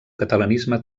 catalanisme